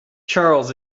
charles